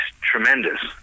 tremendous